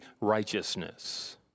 righteousness